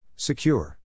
Secure